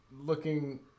looking